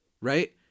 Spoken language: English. Right